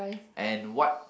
and what